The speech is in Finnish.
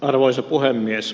arvoisa puhemies